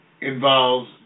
involves